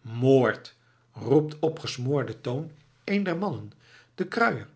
moord roept op gesmoorden toon een der mannen de kruier